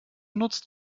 nutzt